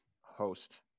host